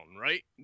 right